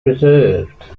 reserved